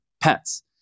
pets